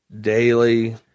daily